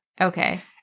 Okay